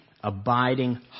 abiding